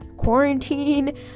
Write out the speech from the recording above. quarantine